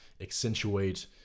accentuate